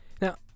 Now